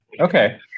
Okay